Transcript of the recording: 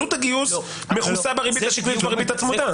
עלות הגיוס מכוסה בריבית השקלית ובריבית הצמודה.